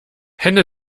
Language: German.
hände